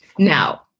Now